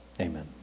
Amen